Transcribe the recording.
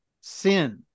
sin